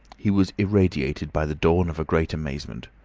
he was irradiated by the dawn of a great amazement.